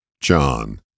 John